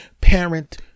parent-